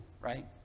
right